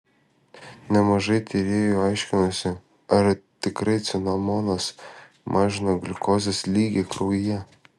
nemažai tyrėjų aiškinosi ar tikrai cinamonas mažina gliukozės lygį kraujyje